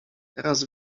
teraz